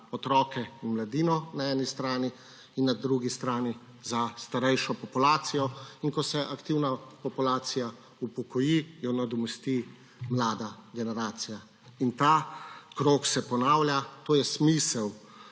otroke in mladino na eni strani in na drugi strani za starejšo populacijo, in ko se aktivna populacija upokoji, jo nadomesti mlada generacija. Ta krog se ponavlja, to je smisel